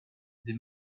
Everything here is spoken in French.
des